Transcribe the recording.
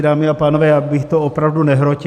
Dámy a pánové, já bych to opravdu nehrotil.